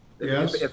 Yes